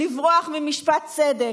לברוח ממשפט צדק.